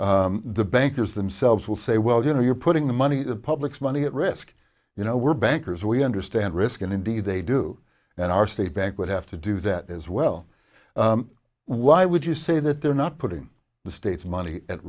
the bankers themselves will say well you know you're putting the money the public's money at risk you know we're bankers we understand risk and indeed they do and our state bank would have to do that as well why would you say that they're not putting the states money at